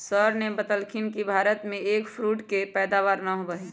sir ने बतल खिन कि भारत में एग फ्रूट के पैदावार ना होबा हई